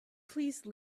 please